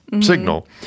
signal